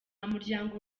n’umuryango